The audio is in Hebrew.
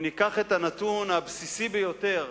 אם ניקח את הנתון הבסיסי ביותר,